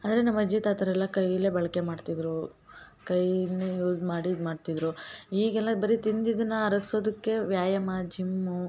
ಆದರೆ ನಮ್ಮ ಅಜ್ಜಿ ತಾತರೆಲ್ಲ ಕೈಯಲ್ಲೇ ಬಳಕೆ ಮಾಡ್ತಿದ್ದರೂ ಕೈನ ಯೂಸ್ ಮಾಡಿ ಇದು ಮಾಡ್ತಿದ್ದರು ಈಗೆಲ್ಲ ಬರಿ ತಿಂದಿದ್ದನ್ನ ಅರ್ಗ್ಸೊದಕ್ಕೆ ವ್ಯಾಯಾಮ ಜಿಮ್ಮು